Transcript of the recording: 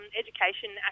education